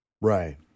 right